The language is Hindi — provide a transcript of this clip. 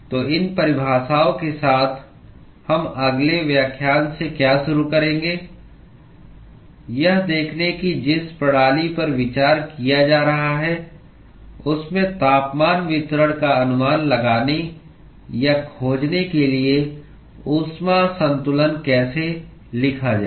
तो इन परिभाषाओं के साथ हम अगले व्याख्यान से क्या शुरू करेंगे यह देखना कि जिस प्रणाली पर विचार किया जा रहा है उसमें तापमान वितरण का अनुमान लगाने या खोजने के लिए ऊष्मा संतुलन कैसे लिखा जाए